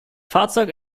fahrzeug